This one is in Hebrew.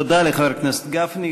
תודה לחבר הכנסת גפני.